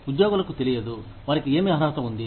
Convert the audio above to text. ఉద్యోగులకు తెలియదు వారికి ఏమి అర్హత ఉంది